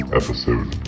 episode